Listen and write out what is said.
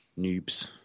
noobs